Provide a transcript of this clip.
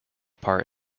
part